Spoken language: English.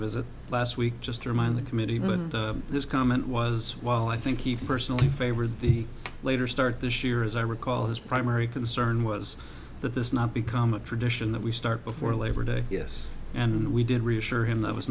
visit last week just to remind the committee even though this comment was well i think he personally favored the later start this year as i recall his primary concern was that this not become a tradition that we start before labor day yes and we did reassure him that was